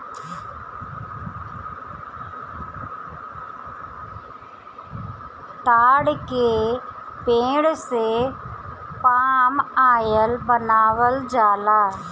ताड़ के पेड़ से पाम आयल बनावल जाला